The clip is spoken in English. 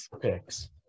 picks